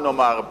נאמר,